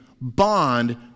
bond